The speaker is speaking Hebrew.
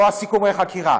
או סיכומי החקירה.